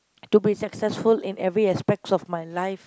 to be successful in every aspects of my life